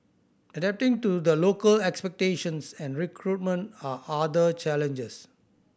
adapting to the local expectations and recruitment are other challenges